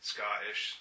Scottish